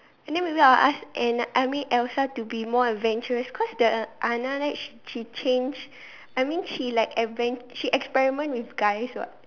and then maybe I'll ask Anna I mean Elsa to be more adventurous cause the Anna like she she change I mean she like adven~ she experiment with guys [what]